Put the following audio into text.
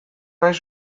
naiz